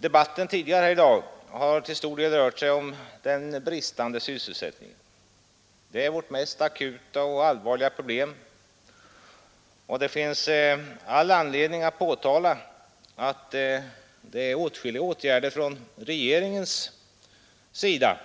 Debatten tidigare här i dag har till stor del rört sig om den bristande sysselsättningen. Det är vårt mest akuta och allvarliga problem, och det finns all anledning att påtala att åtskilliga åtgärder från regeringen har